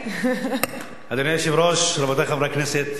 אדוני היושב-ראש, רבותי חברי הכנסת,